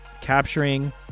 capturing